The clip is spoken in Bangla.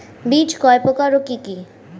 বীজ কয় প্রকার ও কি কি?